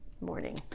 morning